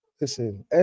Listen